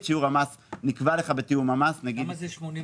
שיעור המס נקבע לך בתיאום המס --- כמה זה 80%?